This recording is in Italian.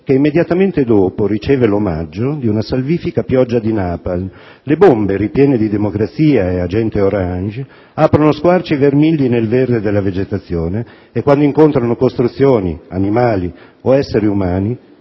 che, immediatamente dopo, riceve l'omaggio di una salvifica pioggia di napalm. Le bombe, ripiene di democrazia e *agent* *orange*, aprono squarci vermigli nel verde della vegetazione e, quando incontrano costruzioni, animali o esseri umani,